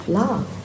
love